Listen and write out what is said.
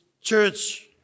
church